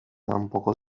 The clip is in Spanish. tampoco